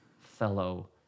fellow